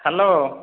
hello